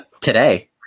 today